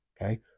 Okay